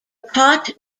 pot